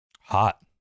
Hot